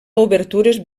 obertures